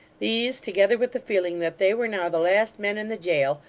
these, together with the feeling that they were now the last men in the jail,